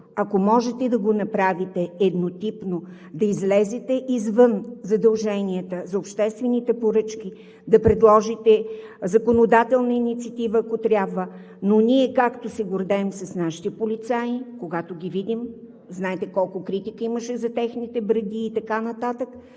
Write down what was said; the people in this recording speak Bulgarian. ако можете да направите облеклото еднотипно, да излезете извън задълженията за обществените поръчки, да предложите законодателна инициатива, ако трябва, но ние както се гордеем с нашите полицаи, когато ги видим, знаете колко критика имаше за техните бради и така нататък,